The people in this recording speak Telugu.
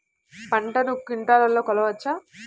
పంటను క్వింటాల్లలో కొలవచ్చా?